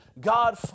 God